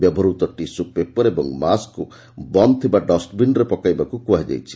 ବ୍ୟବହୃତ tissue paper ଓ ମାସ୍କକୁ ବନ୍ଦ୍ ଥିବା ଡଷ୍ଟବିନ୍ରେ ପକାଇବାକୁ କୁହାଯାଇଛି